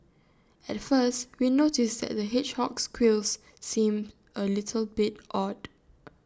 at first we noticed that the hedgehog's quills seemed A little bit odd